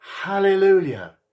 hallelujah